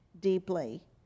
deeply